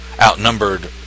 outnumbered